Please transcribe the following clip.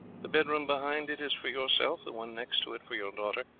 the bedroom behind it is for yourself, the one next to it for your daughter,